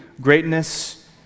greatness